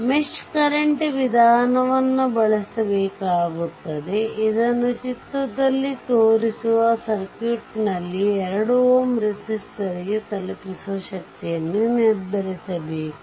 mesh current ವಿಧಾನವನ್ನು ಬಳಸಬೇಕಾಗುತ್ತದೆ ಇದನ್ನು ಚಿತ್ರದಲ್ಲಿ ತೋರಿಸಿರುವ ಸರ್ಕ್ಯೂಟ್ನಲ್ಲಿನ 2 Ω ರೆಸಿಸ್ಟರ್ಗೆ ತಲುಪಿಸುವ ಶಕ್ತಿಯನ್ನು ನಿರ್ಧರಿಸಬೇಕು